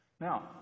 Now